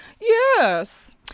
Yes